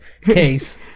case